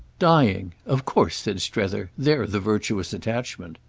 dying. of course, said strether, they're the virtuous attachment.